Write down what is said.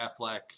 Affleck